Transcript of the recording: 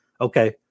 okay